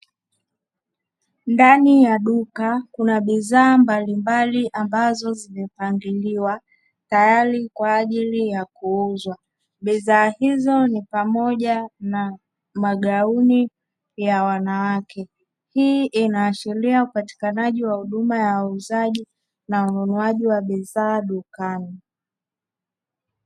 Ndani ya duka kuna bidhaa mbalimbali ambazo zimepangiliwa tayari kwa ajili ya kuuzwa bidhaa hizo ni pamoja na magauni ya wanawake, hii inaashiria upatikanaji wa huduma ya uuzaji na ununuaji wa bidhaa dukani.